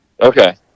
Okay